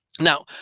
Now